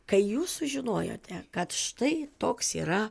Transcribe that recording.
kai jūs sužinojote kad štai toks yra